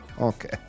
okay